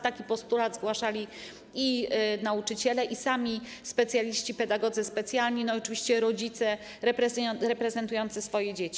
Taki postulat zgłaszali i nauczyciele, i sami specjaliści, pedagodzy specjalni, i oczywiście rodzice reprezentujący swoje dzieci.